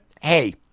Hey